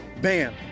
BAM